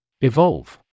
Evolve